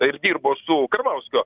ir dirbo su karbauskiu